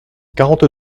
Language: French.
quarante